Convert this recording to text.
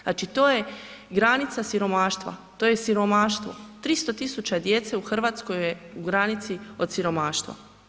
Znači to je granica siromaštva, to je siromaštvo, 300.000 djece u Hrvatskoj je u granici od siromaštva.